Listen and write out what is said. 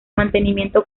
mantenimiento